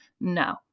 no